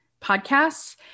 podcasts